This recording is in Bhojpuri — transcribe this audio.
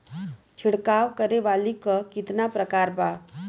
छिड़काव करे वाली क कितना प्रकार बा?